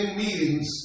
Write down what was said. meetings